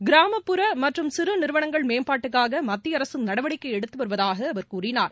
கிராமப்புற மற்றும் சிறு நிறுவனங்கள் மேம்பாட்டுக்காக மத்திய அரசு நடவடிக்கை எடுத்து வருவதாக அவர் கூறினார்